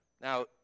now